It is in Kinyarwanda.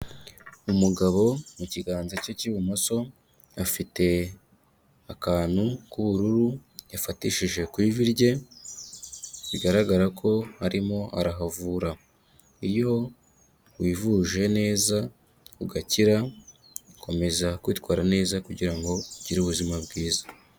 Umugabo mu kiganza cye cy'ibumoso, afite akantu k'ubururu, yafatishije ku ivi rye, bigaragara ko arimo arahavura. Iyo wivuje neza ugakira, ukomeza kwitwara neza, kugira ngo ugire ubuzima bwiza.